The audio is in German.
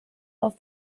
aus